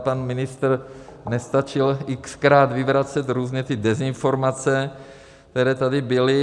Pan ministr nestačil xkrát vyvracet různé dezinformace, které tady byly.